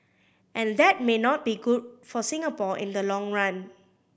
and that may not be good for Singapore in the long run